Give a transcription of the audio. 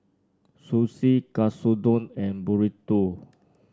Sushi Katsudon and Burrito